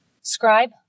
Scribe